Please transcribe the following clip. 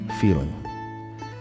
feeling